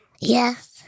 Yes